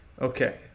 Okay